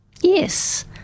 Yes